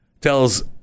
tells